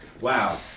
Wow